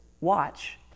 watch